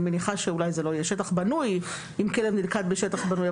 אני מניחה שאולי זה לא יהיה שטח בנוי אם כלב נלכד בשטח בנוי,